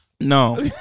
no